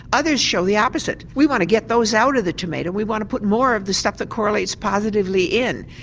others show the opposite we want to get those out of the tomato we want to put more of the stuff that correlates positively in.